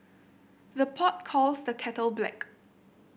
the pot calls the kettle black